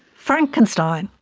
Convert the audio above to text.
frankenstein,